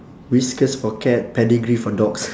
whiskas for cat pedigree for dogs